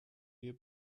wir